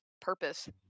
purpose